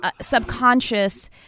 subconscious